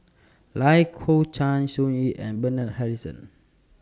Lai Kew Chai Sun Yee and Bernard Harrison